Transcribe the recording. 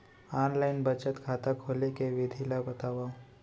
Online बचत खाता खोले के विधि ला बतावव?